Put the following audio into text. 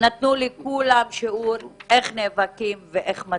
נתנו לכולם שיעור איך נלחמים ואיך מצליחים.